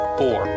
four